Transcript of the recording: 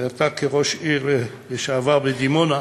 ואתה כראש עיר לשעבר, בדימונה,